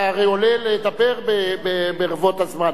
אתה הרי עולה לדבר ברבות הזמן.